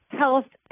health